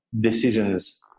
decisions